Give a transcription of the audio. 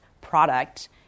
product